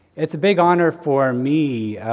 it's a big honor for me,